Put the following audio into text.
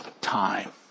time